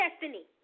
destiny